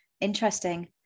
Interesting